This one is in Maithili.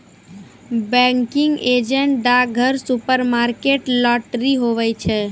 बैंकिंग एजेंट डाकघर, सुपरमार्केट, लाटरी, हुवै छै